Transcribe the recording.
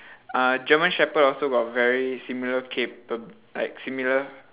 uh german shepherd also got very similar capab~ like similar